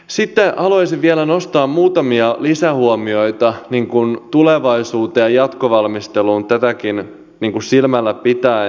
sitten haluaisin vielä nostaa muutamia lisähuomioita tulevaisuuteen ja jatkovalmisteluun tätäkin silmällä pitäen